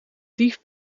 dief